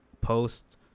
post